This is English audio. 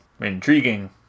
Intriguing